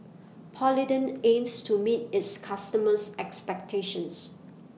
Polident aims to meet its customers' expectations